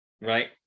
right